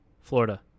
Florida